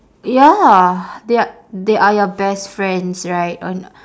ya they are they are your best friends right or n~